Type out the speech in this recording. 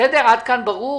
עד כאן ברור?